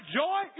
joy